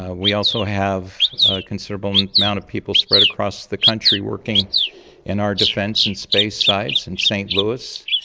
ah we also have a considerable um amount of people spread across the country working in our defence and space sites in and st louis,